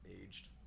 aged